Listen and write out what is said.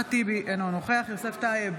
אחמד טיבי, אינו נוכח יוסף טייב,